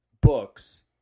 books